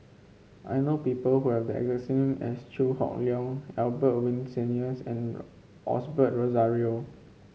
I know people who have the exact name as Chew Hock Leong Albert Winsemius and Osbert Rozario